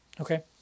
okay